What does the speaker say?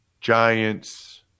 Giants